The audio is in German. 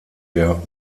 der